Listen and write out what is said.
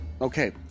Okay